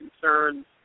concerns